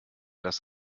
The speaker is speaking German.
das